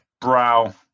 brow